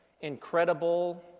incredible